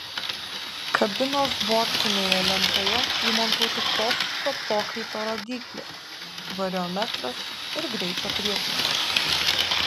kabinos bortinėje lentoje įmontuoti posūkio pokrypio rodyklė variometras ir greičio prietaisas